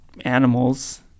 animals